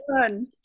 fun